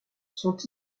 sont